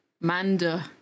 Manda